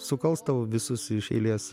sukals tau visus iš eilės